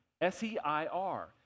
S-E-I-R